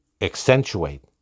accentuate